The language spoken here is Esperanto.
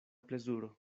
plezuro